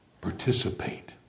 participate